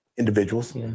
Individuals